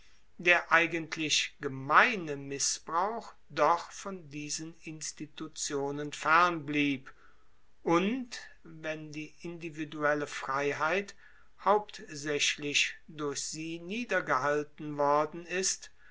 der eigentlich gemeine missbrauch doch von diesen institutionen fern blieb und wenn die individuelle freiheit hauptsaechlich durch sie niedergehalten worden ist